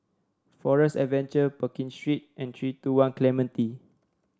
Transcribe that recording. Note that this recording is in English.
Forest Adventure Pekin Street and three two One Clementi